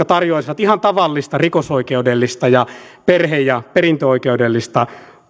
tarjoaisivat ihan tavallista rikosoikeudellista ja perhe ja perintöoikeudellista